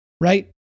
right